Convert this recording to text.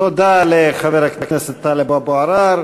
תודה לחבר הכנסת טלב אבו עראר.